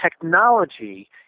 technology